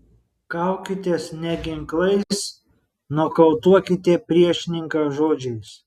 kaukitės ne ginklais nokautuokite priešininką žodžiais